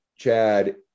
Chad